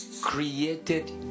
created